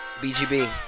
BGB